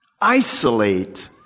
isolate